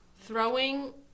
Throwing